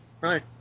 right